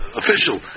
official